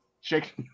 shake